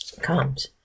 comes